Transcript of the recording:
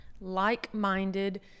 like-minded